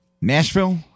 Nashville